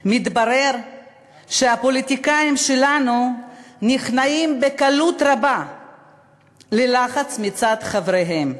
מתברר שהפוליטיקאים שלנו נכנעים בקלות רבה ללחץ מצד חבריהם,